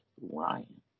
Ryan